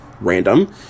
random